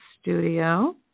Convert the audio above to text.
studio